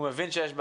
הוא מבין שיש בעיה?